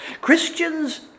Christians